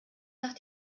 nach